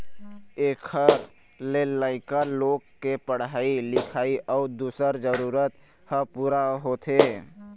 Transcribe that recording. एखर ले लइका लोग के पढ़ाई लिखाई अउ दूसर जरूरत ह पूरा होथे